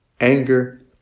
anger